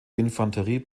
infanterie